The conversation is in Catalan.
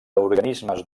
organismes